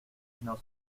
nos